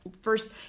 first